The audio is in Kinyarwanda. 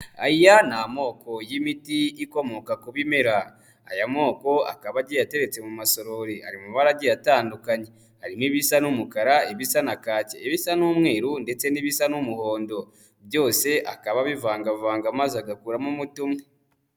Aya ni amoko y'imiti ikomoka ku bimera, aya moko akaba agiye ateretse mu masorori ari mu mabara agiye atandukanye, harimo ibisa n'umukara, ibisa na kake, ibisa n'umweru ndetse n'ibisa n'umuhondo, byose akaba abivangavanga maze agakuramo umuti umwe.